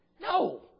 No